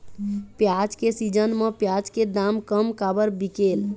प्याज के सीजन म प्याज के दाम कम काबर बिकेल?